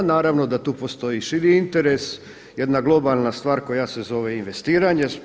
Naravno da tu postoji širi interes, jedna globalna stvar koja se zove investiranje.